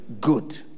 good